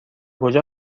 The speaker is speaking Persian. کجا